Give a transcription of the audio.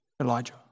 Elijah